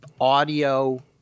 audio